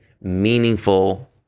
meaningful